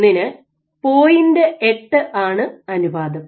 8 ആണ് അനുപാതം